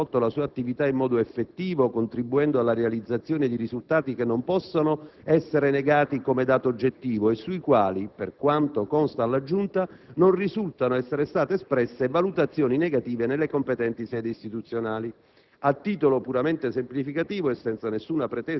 riguarda quella del dottor Magni, dagli atti emerge che egli ha svolto la sua attività in modo effettivo, contribuendo alla realizzazione di risultati che non possono essere negati come dato oggettivo e sui quali - per quanto consta alla Giunta - non risultano essere state espresse valutazioni negative nelle competenti sedi istituzionali.